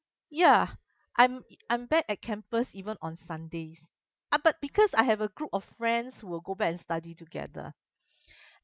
ya I'm I'm back at campus even on sundays ah but because I have a group of friends who will go back and study together